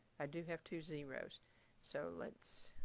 i do have two zeros so let's